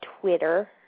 Twitter